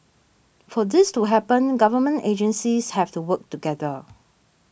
for this to happen government agencies have to work together